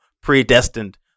predestined